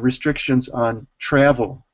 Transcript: restrictions on travel.